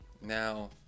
Now